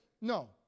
no